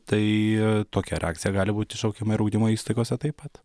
tai tokia reakcija gali būt iššaukiama ir ugdymo įstaigose taip pat